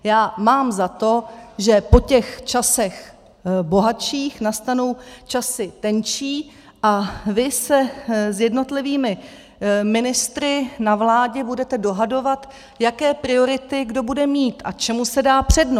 Já mám za to, že po těch časech bohatších nastanou časy tenčí a vy se s jednotlivými ministry na vládě budete dohadovat, jaké priority kdo bude mít a čemu se dá přednost.